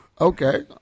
Okay